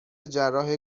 جراح